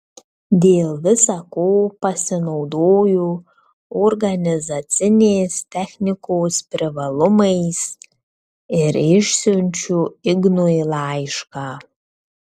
dėl visa ko pasinaudoju organizacinės technikos privalumais ir išsiunčiu ignui laišką